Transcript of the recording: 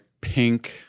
pink